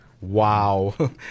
Wow